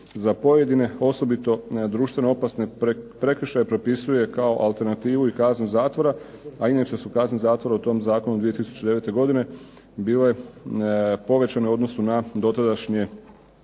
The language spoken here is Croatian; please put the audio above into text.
za pojedine osobito društveno opasne prekršaje propisuje kao alternativu i kaznu zatvora. A inače su kazne zatvora u tom zakonu 2009. godine bile povećane u odnosu na dotadašnje